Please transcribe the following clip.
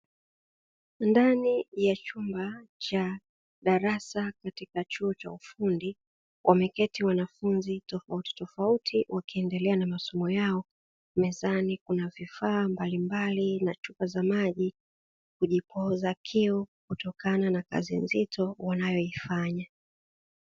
Ndani ya chumba cha darasa katika chuo cha ufundi, wameketi wanafunzi tofauti tofauti wakiendelea na masomo yao, mezani kuna vifaa mbalimbali na chupa za maji, kujipooza kiu kutokana na kazi nzito wanayoifanya.